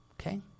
okay